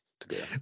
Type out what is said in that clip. together